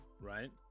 Right